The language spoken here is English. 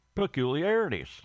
peculiarities